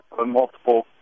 multiple